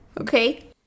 Okay